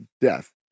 death